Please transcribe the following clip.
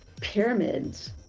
pyramids